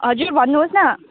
हजुर भन्नुहोस् न